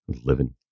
living